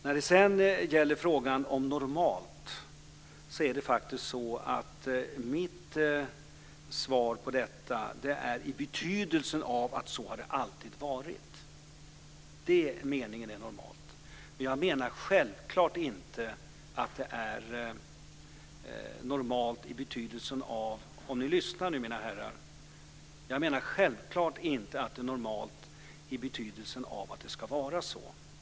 När det sedan gäller frågan om "normalt" så använde jag i mitt svar det ordet i betydelsen av "så har det alltid varit". Det är meningen med "normalt". Lyssna nu, mina herrar! Jag menar självfallet inte att detta skulle vara normalt i betydelsen av att "så ska det vara".